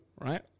right